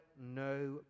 no